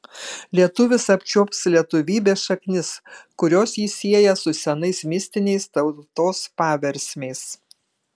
lietuvis apčiuops lietuvybės šaknis kurios jį sieja su senais mistiniais tautos paversmiais